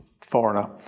foreigner